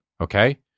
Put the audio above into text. okay